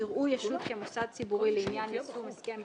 יראו ישות כמוסד ציבורי לעניין יישום הסכם בין־לאומי,